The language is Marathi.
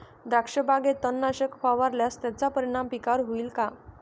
द्राक्षबागेत तणनाशक फवारल्यास त्याचा परिणाम पिकावर होईल का?